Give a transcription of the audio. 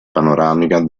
panoramica